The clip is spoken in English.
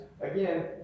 Again